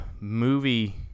movie